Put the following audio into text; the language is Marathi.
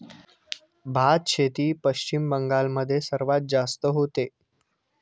भातशेती पश्चिम बंगाल मध्ये सर्वात जास्त होते